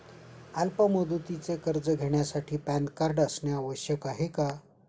अल्प मुदतीचे कर्ज घेण्यासाठी पॅन कार्ड असणे आवश्यक आहे का?